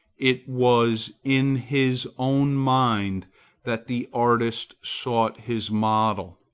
it was in his own mind that the artist sought his model.